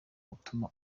gutuma